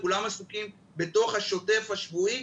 כולם עסוקים בתוך השוטף השבועי.